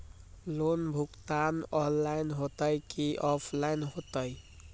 Loan भुगतान online होतई कि ऑफलाइन होतई?